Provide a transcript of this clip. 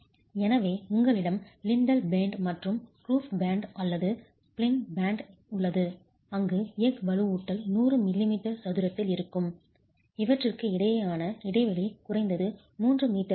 எனவே உங்களிடம் lintel band மற்றும் ரூஃப் பேண்ட் அல்லது பிளின்த் பேண்ட் உள்ளது அங்கு எஃகு வலுவூட்டல் 100 மில்லிமீட்டர் சதுரத்தில் இருக்கும் இவற்றுக்கு இடையேயான இடைவெளி குறைந்தது 3 மீட்டர்கள் இருக்கும்